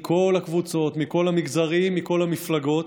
מכל הקבוצות, מכל המגזרים, מכל המפלגות,